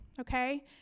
okay